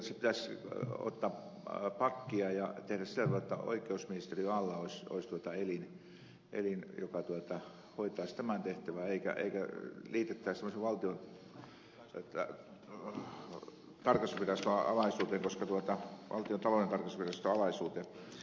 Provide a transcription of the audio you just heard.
eikö tässä pitäisi ottaa pakkia ja tehdä sillä tavalla että oikeusministeriön alla olisi elin joka hoitaisi tämän tehtävän eikä sitä liitettäisi valtiontalouden tarkastusviraston alaisuuteen